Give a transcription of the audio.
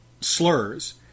slurs